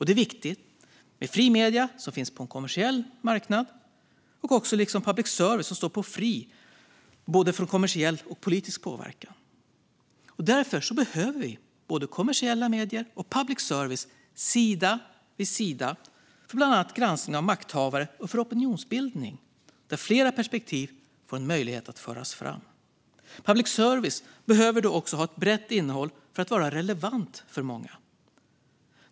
Det är viktigt med fria medier på en kommersiell marknad och public service som står fri från både kommersiell och politisk påverkan. Därför behöver vi både kommersiella medier och public service, sida vid sida, för bland annat granskning av makthavare och för opinionsbildning där flera perspektiv får möjlighet att föras fram. Public service behöver då också ha ett brett innehåll för att vara relevant för många.